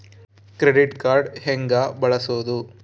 Credit card ಹೆಂಗ ಬಳಸೋದು?